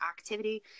activity